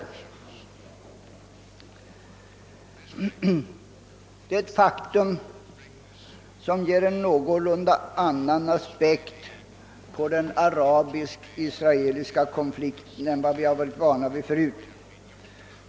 Detta förhållande ger en något annorlunda aspekt på den arabisk-israeliska konflikten än vi förut varit vana vid.